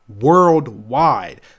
worldwide